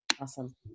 Awesome